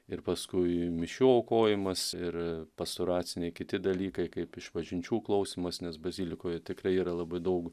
ir paskui mišių aukojimas ir pastoraciniai kiti dalykai kaip išpažinčių klausymas nes bazilikoje tikrai yra labai daug